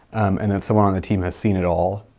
and that someone on the team has seen it all.